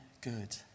good